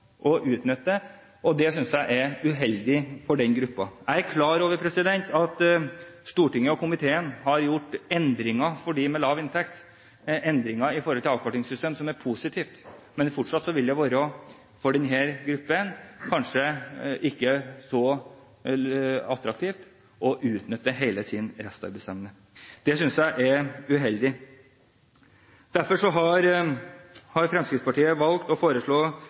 Det synes jeg er uheldig for den gruppen. Jeg er klar over at Stortinget og komiteen har gjort endringer i avkortingssystemet for de med lav inntekt, noe som er positivt. Men fortsatt vil det for denne gruppen kanskje ikke være så attraktivt å utnytte hele sin restarbeidsevne. Det synes jeg er uheldig. Derfor har Fremskrittspartiet valgt å foreslå